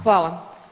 Hvala.